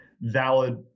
valid